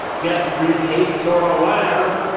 death, grief, hate, sorrow, whatever.